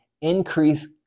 increase